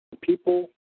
People